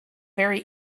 very